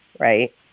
Right